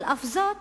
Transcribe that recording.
על אף זאת,